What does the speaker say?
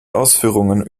ausführungen